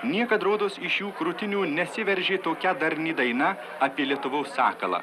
niekad rodos iš jų krūtinių nesiveržė tokia darni daina apie lietuvos sakalą